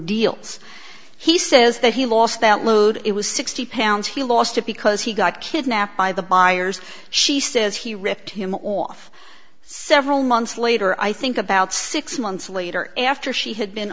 deals he says that he lost that load it was sixty pounds he lost it because he got kidnapped by the buyers she says he ripped him off several months later i think about six months later after she had been